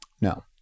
No